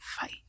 fight